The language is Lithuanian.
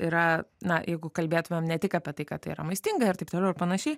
yra na jeigu kalbėtumėm ne tik apie tai kad tai yra maistinga ir taip toliau ir panašiai